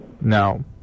No